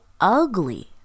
ugly